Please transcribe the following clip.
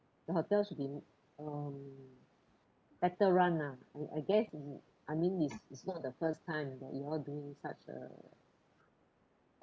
the hotel should be um better run ah I I guess I mean it's it's not the first time that you all doing such a